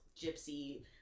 gypsy